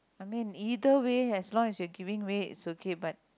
I mean either way as long as you're giving way is okay but